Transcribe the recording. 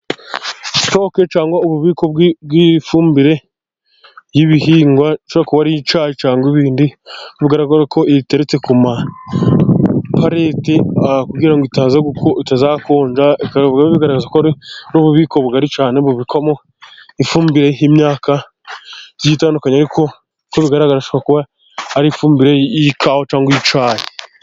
Sitoke cyangwa ububiko bw'ifumbire y'ibihingwa bigaraza kwari icyayi cyangwa ibindi mugaragara ko iteretse ku ma parede kugirango ngo itaza kugira ngo itazakonga, n'ububiko bugari cyane ifumbire y'imyaka itandukanye, ariko ko bigaragashwa kuba ari ifumbire y'ikawa cyangwa y'icyayi.